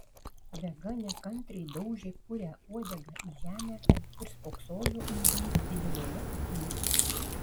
vega nekantriai daužė purią uodegą į žemę ir spoksojo į jį didelėmis akimis